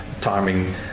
timing